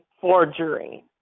forgery